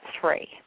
three